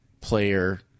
player